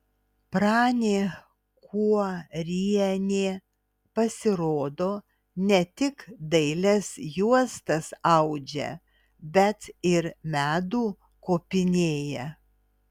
pranė kuorienė pasirodo ne tik dailias juostas audžia bet ir medų kopinėja